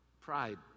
Pride